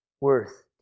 worth